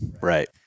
right